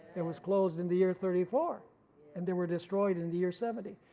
it was closed in the year thirty four and they were destroyed in the year seventy.